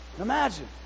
imagine